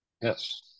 Yes